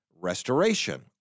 restoration